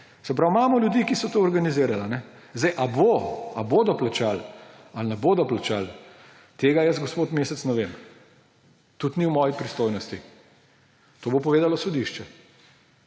Se pravi, imamo ljudi, ki so to organizirali. Ali bodo plačali ali ne bodo plačali, tega jaz, gospod Mesec, ne vem, tudi ni v moji pristojnosti. To bo povedalo sodišče.